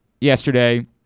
yesterday